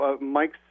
Mike's